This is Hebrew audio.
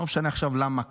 לא משנה עכשיו למה,